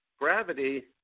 gravity